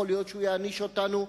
יכול להיות שהוא יעניש אותנו,